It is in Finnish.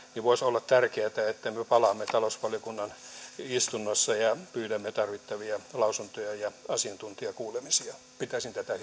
voisi olla tärkeätä että me palaamme talousvaliokunnan istunnoissa asiaan ja pyydämme tarvittavia lausuntoja ja ja asiantuntijakuulemisia pitäisin tätä